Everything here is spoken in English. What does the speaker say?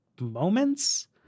moments